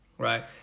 Right